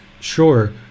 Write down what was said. Sure